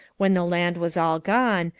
when the land was all gone,